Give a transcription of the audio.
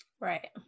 Right